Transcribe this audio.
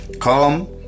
come